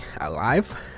alive